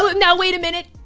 but now wait a minute.